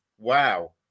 wow